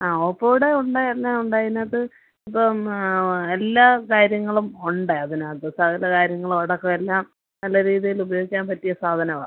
ആ ഓപ്പോയുടെ ഉണ്ട് എല്ലാം ഉണ്ട് അതിനകത്ത് ഇപ്പം എല്ലാ കാര്യങ്ങളും ഉണ്ട് അതിനകത്ത് സകല കാര്യങ്ങളും അടക്കം എല്ലാം നല്ല രീതീലുപയോഗിക്കാൻ പറ്റിയ സാധനമാ